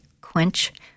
quench